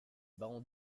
barons